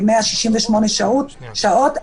ל-168 שעות,